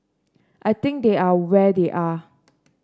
I think they are where they are